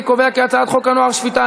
אני קובע כי הצעת חוק הנוער (שפיטה,